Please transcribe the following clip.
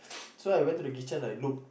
so I went to the kitchen I look